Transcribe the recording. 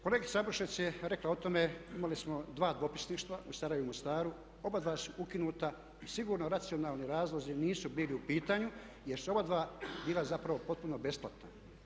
Kolegica Ambrušec je rekla o tome, imali smo dva dopisništva u Sarajevu i Mostaru, oba dva su ukinuta, sigurno racionalni razlozi nisu bili u pitanju jer su oba dva bila zapravo potpuno besplatna.